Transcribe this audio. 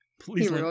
Please